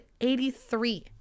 83